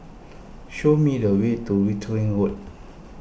show me the way to Wittering Road